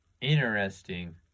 Interesting